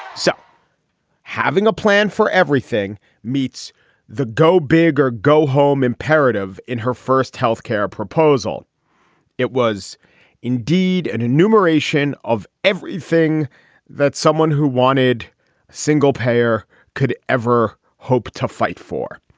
so having a plan for everything meets the go big or go home imperative in her first health care proposal it was indeed an enumeration of everything that someone who wanted single payer could ever hope to fight for.